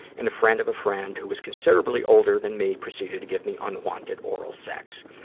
and a friend of a friend who was considerably older than me proceeded to give me unwanted oral sex.